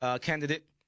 candidate